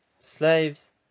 slaves